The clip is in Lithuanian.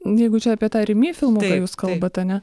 jeigu čia apie tą rimi filmuką jūs kalbat ar ne